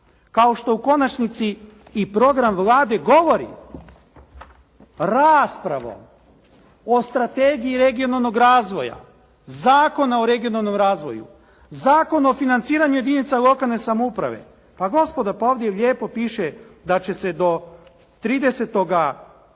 kao što u konačnici i program Vlade govori raspravom o strategiji regionalnog razvoja, Zakona o regionalnom razvoju, Zakona o financiranju jedinica lokalne samouprave. Pa gospodo, pa ovdje lijepo piše da će se do 30. rujna